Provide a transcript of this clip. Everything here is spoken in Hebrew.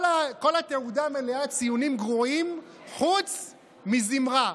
כל התעודה מלאה ציונים גרועים חוץ מבזמרה,